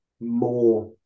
more